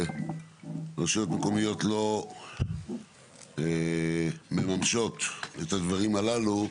שרשויות מקומיות לא מממשות את הדברים הללו,